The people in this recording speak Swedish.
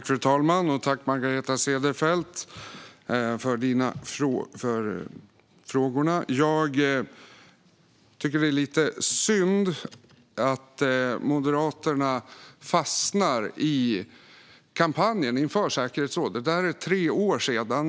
Fru talman! Jag tackar Margareta Cederfelt för hennes frågor. Det är lite synd att Moderaterna fastnar i kampanjen inför medlemskapet i säkerhetsrådet. Det är tre år sedan.